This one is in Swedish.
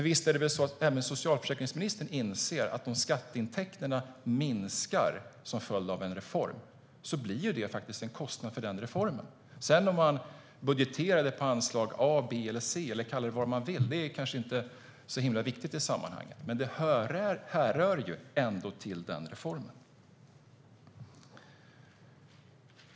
Visst är det väl så att även socialförsäkringsministern inser att om skatteintäkterna minskar som följd av en reform blir det faktiskt en kostnad för reformen. Om man budgeterar på anslag A, B eller C - kalla det vad man vill - är inte så viktigt i sammanhanget, men det härrör ändå till den reformen.